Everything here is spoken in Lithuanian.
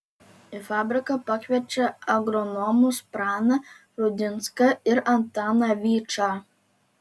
į fabriką pakviečia agronomus praną rudinską ir antaną vyčą